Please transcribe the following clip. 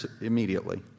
immediately